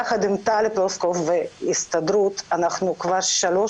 יחד עם טלי פלוסקוב וההסתדרות אנחנו כבר שלוש